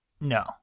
no